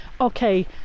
okay